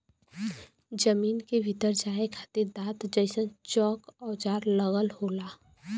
जमीन के भीतर जाये खातिर दांत जइसन चोक औजार लगल होला